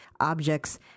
objects